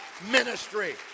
ministry